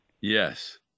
Yes